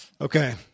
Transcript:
Okay